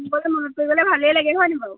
মনত পৰিবলৈ ভালেই লাগে হয় নে বাৰু